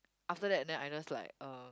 after that then I just like uh